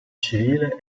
civile